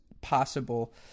possible